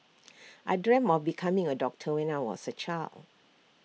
I dreamt of becoming A doctor when I was A child